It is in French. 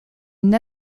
une